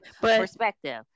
perspective